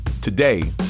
Today